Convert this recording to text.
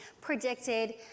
predicted